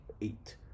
eight